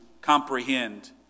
comprehend